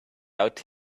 out